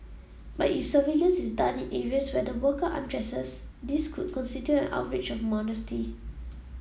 but if surveillance is done in areas where the worker undresses this could constitute an outrage of modesty